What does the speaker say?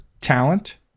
talent